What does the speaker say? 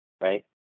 right